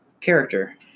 character